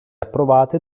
approvate